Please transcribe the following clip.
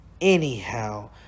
Anyhow